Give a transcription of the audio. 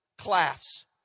class